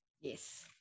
Yes